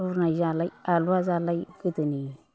रुनाय जालाय आरोबा जालाय गोदोनि